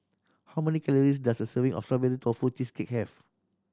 how many calories does a serving of Strawberry Tofu Cheesecake have